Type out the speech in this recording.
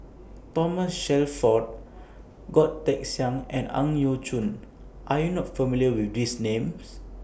Thomas Shelford Goh Teck Sian and Ang Yau Choon Are YOU not familiar with These Names